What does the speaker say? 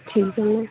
ठीक है मैम